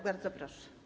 Bardzo proszę.